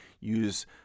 use